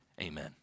Amen